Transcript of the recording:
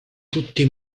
tutti